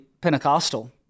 Pentecostal